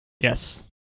Yes